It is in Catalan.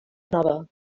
nova